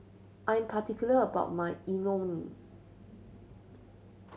I'm particular about my Imoni